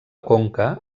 conca